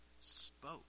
spoke